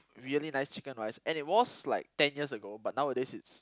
really nice chicken-rice and it was like ten years ago but nowadays it's